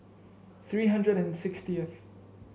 three hundred and sixtieth